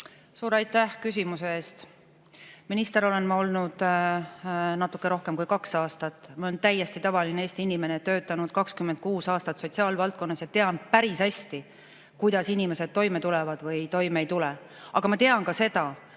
Suur aitäh küsimuse eest! Minister olen ma olnud natuke rohkem kui kaks aastat. Ma olen täiesti tavaline Eesti inimene, töötanud 26 aastat sotsiaalvaldkonnas ja tean päris hästi, kuidas inimesed toime tulevad või toime ei tule. Aga ma tean ka seda,